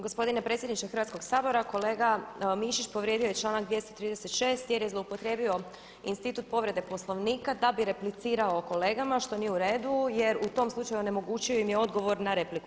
Gospodine predsjedniče Hrvatskog sabora kolega Mišić povrijedio je članak 236. jer je zloupotrijebio institut povrede Poslovnika da bi replicirao kolegama što nije u redu jer u tom slučaju onemogućio im je odgovor na repliku.